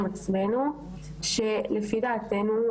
שלדעתנו,